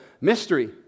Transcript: mystery